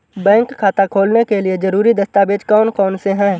Bank खाता खोलने के लिए ज़रूरी दस्तावेज़ कौन कौनसे हैं?